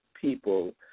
people